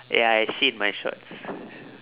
ya I shit my shorts